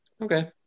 Okay